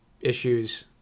issues